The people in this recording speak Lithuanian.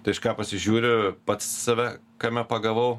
tai aš ką pasižiūriu pats save kame pagavau